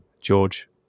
george